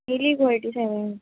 मेळ्ळी गो eighty seven